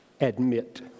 admit